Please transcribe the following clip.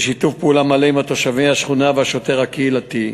בשיתוף מלא עם תושבי השכונה והשוטר הקהילתי.